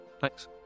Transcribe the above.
thanks